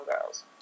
girls